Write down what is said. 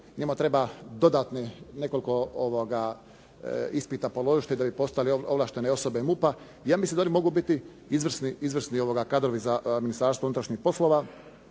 Njima treba dodatnih nekoliko ispita položiti da bi postale ovlaštene osobe MUP-a. Ja mislim da oni mogu biti izvrsni kadrovi za Ministarstvo unutrašnjih poslova